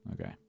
okay